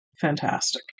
fantastic